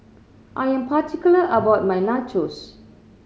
I am particular about my Nachos